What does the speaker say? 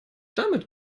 damit